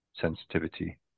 sensitivity